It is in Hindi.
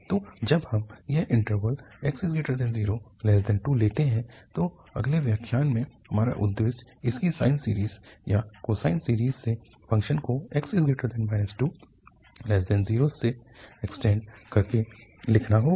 तो जब हम यह इन्टरवल 0x2 लेते हैं तो अगले व्याख्यान में हमारा उद्देश्य इसकी साइन सीरीज़ या कोसाइन सीरीज़ से फ़ंक्शन को 2x0 से इक्स्टेन्ड करके लिखना होगा